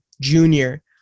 junior